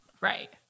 right